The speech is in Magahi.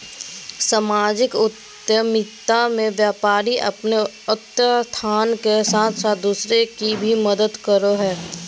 सामाजिक उद्द्मिता मे व्यापारी अपने उत्थान के साथ साथ दूसर के भी मदद करो हय